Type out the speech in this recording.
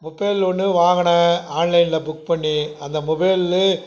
mobile ஒன்று வாங்கினேன் ஆன்லைன்ல புக் பண்ணி அந்த மொபைல்லே